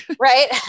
Right